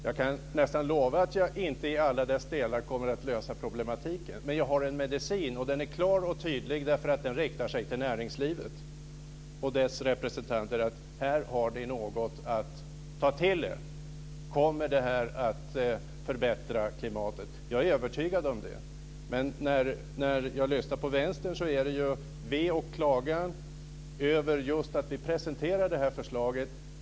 Jag kan nästan lova att jag inte kommer att lösa problematiken i alla dess delar, men jag har en medicin, och den är klar och tydlig. Den riktar sig till näringslivet och dess representanter: Här har ni något att ta till er. Kommer det här att förbättra klimatet? Jag är övertygad om det. Men när jag lyssnar på Vänstern hör jag att det är ve och klagan över just att vi presenterar det här förslaget.